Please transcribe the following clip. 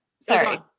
Sorry